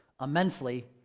immensely